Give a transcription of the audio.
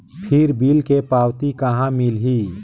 फिर बिल के पावती कहा मिलही?